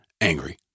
angry